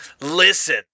Listen